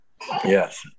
Yes